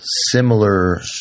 similar